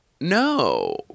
No